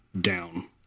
down